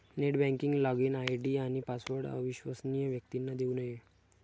net banking login ID आणि password अविश्वसनीय व्यक्तींना देऊ नये